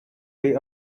way